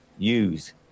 use